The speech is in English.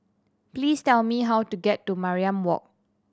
please tell me how to get to Mariam Walk